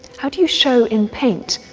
how do you show, in paint,